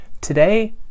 Today